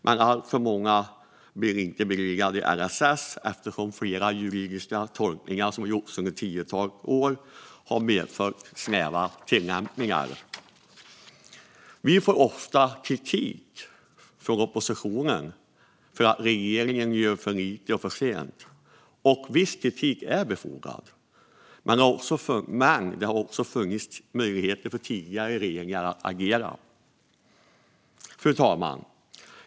Men alltför många blir inte beviljade LSS eftersom det under ett tiotal år har gjorts flera juridiska tolkningar som har medfört snäva tillämpningar. Vi får ofta kritik av oppositionen för att regeringen gör för lite och för sent. Viss kritik är befogad, men det har också funnits möjligheter för tidigare regeringar att agera. Fru talman!